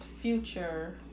future